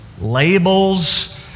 labels